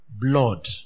blood